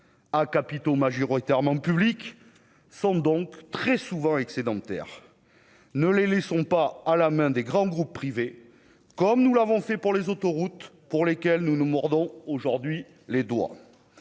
à capitaux majoritairement publics sont donc très souvent excédentaire, ne les laissons pas à la main des grands groupes privés comme nous l'avons fait pour les autoroutes, pour lesquels nous nous Bourdon aujourd'hui les doigts